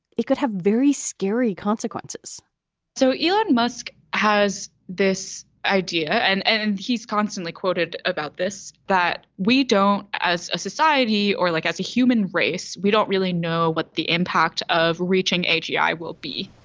it could have very scary consequences so elon musk has this idea and and he's constantly quoted about this that we don't as a society or like as a human race, we don't really know what the impact of reaching ajai will be